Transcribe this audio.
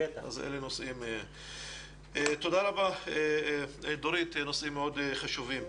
תודה רבה, דורית, נושאים מאוד חשובים.